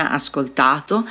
ascoltato